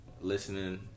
listening